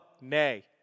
nay